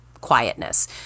quietness